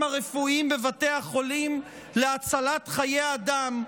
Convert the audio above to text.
הרפואיים בבתי החולים להצלת חיי אדם,